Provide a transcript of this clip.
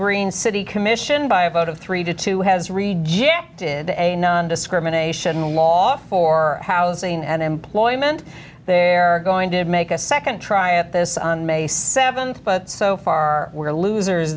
green city commission by a vote of three to two has rejected a nondiscrimination law for housing and employment they're going to make a second try at this on may seventh but so far we're losers